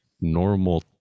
normal